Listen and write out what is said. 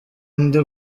inde